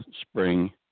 spring